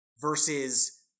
versus